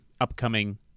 upcoming